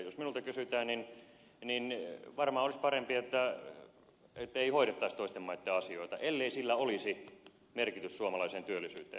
jos minulta kysytään varmaan olisi parempi ettei hoidettaisi toisten maiden asioita ellei sillä olisi merkitystä suomalaiseen työllisyyteen